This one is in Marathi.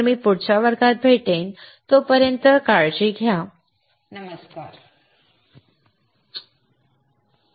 तर मी पुढच्या वर्गात भेटेन तोपर्यंत स्वतःची काळजी घ्या बाय